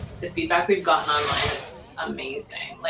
the feedback we've gotten online is amazing. like